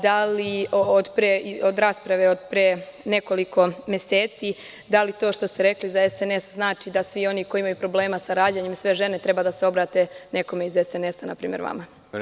Da li u rasprave od pre nekoliko meseci, da li to što ste rekli za SNS, znači da svi oni koji imaju problema sa rađanjem, sve žene, treba da se obrate nekome iz SNS, na primer vama?